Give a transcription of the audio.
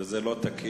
וזה לא תקין.